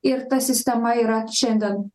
ir ta sistema yra šiandien